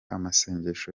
amasengesho